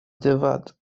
девать